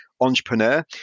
entrepreneur